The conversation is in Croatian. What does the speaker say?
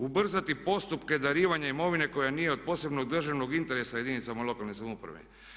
Ubrzati postupke darivanja imovine koja nije od posebnog državnog interesa jedinicama lokalne samouprave.